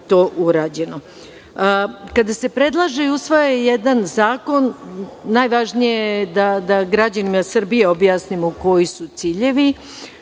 je to urađeno. Kada se predlaže i usvaja jedan zakon, najvažnije je da građanima Srbije objasnimo koji su ciljevi